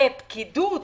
כפקידות